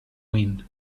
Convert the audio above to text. wind